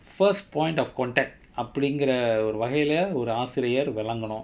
first point of contact அப்புடிங்குற ஒரு வகைல ஒரு ஆசிரியர் விளக்கனும்:appudingura oru vakaila oru aasiriyar vilakanum